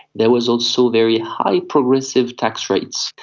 there was also very high progressive tax rates.